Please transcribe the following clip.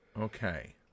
Okay